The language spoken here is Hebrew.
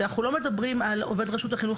אנחנו לא מדברים על כך שעובד רשות החינוך